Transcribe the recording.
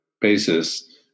basis